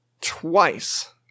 twice